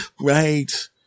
right